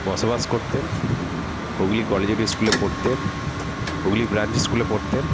বসবাস করতেন হুগলি কলেজিয়েট ইস্কুলে পড়তেন হুগলি ব্রাঞ্চ ইস্কুলে পড়তেন